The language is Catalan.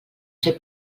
fer